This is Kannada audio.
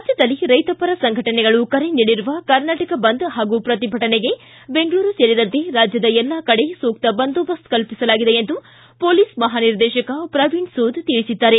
ರಾಜ್ಗದಲ್ಲಿ ರೈತಪರ ಸಂಘಟನೆಗಳು ಕರೆ ನೀಡಿರುವ ಕರ್ನಾಟಕ ಬಂದ್ ಮತ್ತು ಪ್ರತಿಭಟನೆಗೆ ಬೆಂಗಳೂರು ಸೇರಿದಂತೆ ರಾಜ್ಯದ ಎಲ್ಲ ಕಡೆ ಸೂಕ್ತ ಬಂದೋಬಸ್ತ್ ಕಲ್ಪಿಸಲಾಗಿದೆ ಎಂದು ಮೊಲೀಸ್ ಮಹಾನಿರ್ದೇಶಕ ಪ್ರವೀಣ್ ಸೂದ್ ತಿಳಿಸಿದ್ದಾರೆ